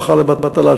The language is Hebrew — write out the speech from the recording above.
ברכה לבטלה,